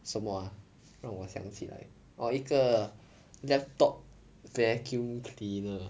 什么 ah 让我想起来 oh 一个 laptop vacuum cleaner